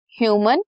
human